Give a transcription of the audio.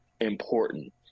important